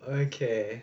okay